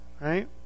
Right